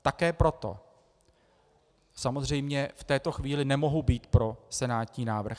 Také proto samozřejmě v této chvíli nemohu být pro senátní návrh.